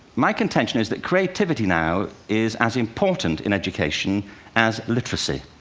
my contention is that creativity now is as important in education as literacy,